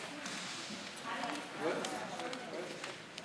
הטיפול הרפואי, התשפ"ב 2022, של חברת הכנסת